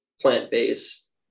plant-based